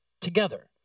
together